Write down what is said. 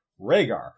Rhaegar